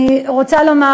אני רוצה לומר,